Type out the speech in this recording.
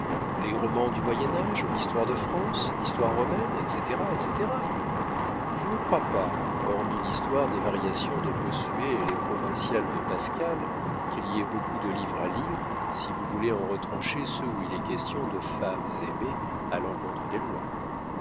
les romans du moyen-âge l'histoire de france l'histoire romaine etc etc je ne crois pas hormis l'histoire des variations de bossuet et les provinciales de pascal qu'il y ait beaucoup de livres à lire si vous voulez en retrancher ceux où il est question de femmes aimées à l'encontre des lois